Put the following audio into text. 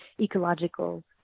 ecological